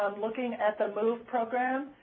um looking at the move program,